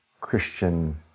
Christian